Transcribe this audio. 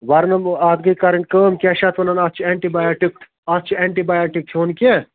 وَرنِلو اَتھ گٔے کَرٕنۍ کٲم کیٛاہ چھِ اَتھ وَنان اَتھ چھِ اٮ۪نٹی بَیاٹِک اَتھ چھِ اٮ۪نٹی بَیاٹِک کھٮ۪ون کیٚنٛہہ